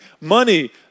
Money